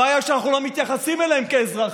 הבעיה היא שאנחנו לא מתייחסים אליהם כאזרחים.